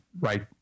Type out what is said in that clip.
right